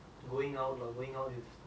that's one thing I like